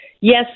yes